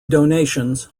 donations